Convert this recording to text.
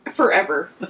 Forever